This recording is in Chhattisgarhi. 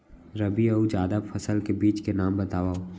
रबि अऊ जादा फसल के बीज के नाम बताव?